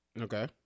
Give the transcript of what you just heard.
Okay